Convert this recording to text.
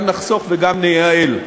גם נחסוך וגם נייעל.